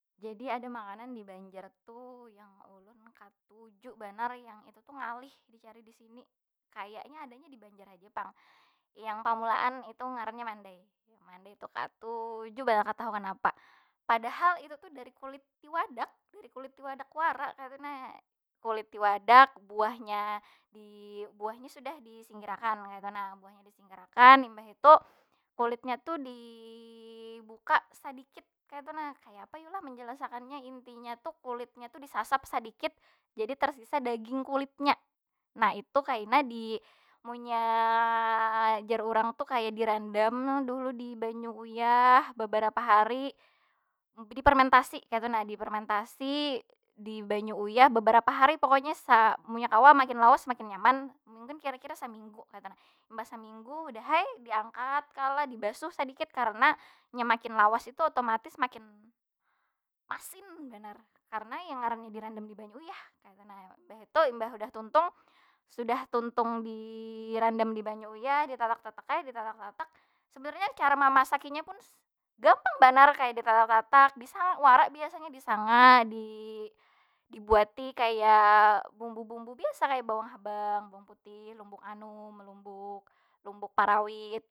Jadi ada makanan di banjar tu yang ulun katuju banar, yang itu tu ngalih dicari di sini. Kayanya adanya di banjar haja pang. Yang pamulaan itu ngarannya mandai. Mandai itu katuju banar katahu kanapa. Padahal itu tu dari kulit tiwadak, dari kulit tiwadak wara kaytu nah. Kulit tiwadak, buahnya di, buahnya sudah disingkir akan kaytu nah. Buahnya disingkir akan, imbah itu kulitnya tu dibuka sadikit kaytu nah. Kaya apa yu lah menjelas akannya? Intnya tu kulitnya tu disasap sadikit, jadi tersisa daging kulitnya. Nah itu kayna di, munnya jar urang tu kaya dirandam lo dahulu di banyu uyah, beberapa hari. Dipermentasi kaytu nah. Dipermentasi, dibanyu uyah, beberapa hari pokonya sa, munnya kawa makinlawas makin nyaman. Mungkin kira- kira saminggu kaytu nah. Imbah saminggu udah ai, diangkat kalo, dibasuh sadikit karena nya makin lawas itu otomatis makinmasin banar. Karena ya ngarannya dirandam di banyu uyah kaytu nah. Mbah itu imbah udah tuntung, sudah tuntung dirandam di banyu uyah, ditatak- tatak ai. Ditatak- tatak. Sebenernya cara memasakinya pun gampang banar. Kaya ditatak- tatak, disanga wara biasanya disanga, di- dibuati kaya bumbu- bumbu biasa kaya bawang habang, bawang putih, lumbuk anum, lumbuk- lumbuk parawit.